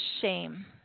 shame